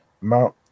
Mount